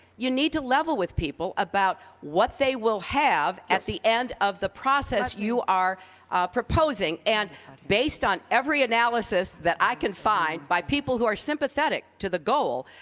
you need to level with people about what they will have at the end of the process you are proposing. and based on every analysis that i can find by people who are sympathetic to the goal,